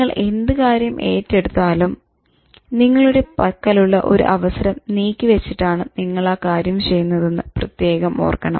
നിങ്ങൾ എന്ത് കാര്യം ഏറ്റെടുത്തലും നിങ്ങളുടെ പക്കലുള്ള ഒരു അവസരം നീക്കി വച്ചിട്ടാണ് നിങ്ങളാകാര്യം ചെയ്യുന്നതെന്ന് പ്രത്യേകം ഓർക്കണം